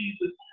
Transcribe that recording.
Jesus